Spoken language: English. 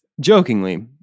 jokingly